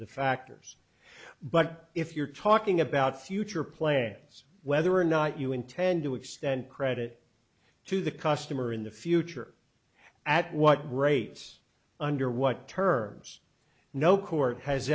the factors but if you're talking about future plans whether or not you intend to extend credit to the customer in the future at what rates under what terms no court has